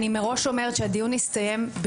אני אפתח ואצלול לחומר עצמו.